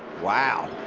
wow.